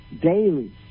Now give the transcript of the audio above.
daily